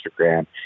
Instagram